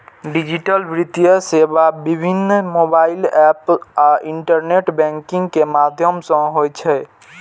digital वित्तीय सेवा विभिन्न मोबाइल एप आ इंटरनेट बैंकिंग के माध्यम सं होइ छै